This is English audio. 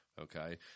Okay